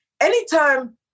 anytime